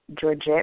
Georgette